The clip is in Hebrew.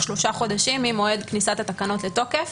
שלושה חודשים ממועד כניסת התקנות לתוקף